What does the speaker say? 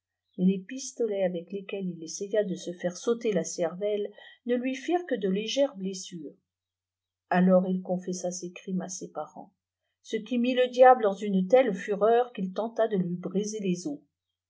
mais les pistowus aves lesquela il essaya de se faire sauter la cervelle ne lui firent que de légères blessure alors il confessa ses crimes à ses parents ce t ui mit le diabie dans ane tle fureur qu'il ténia de lui brier les os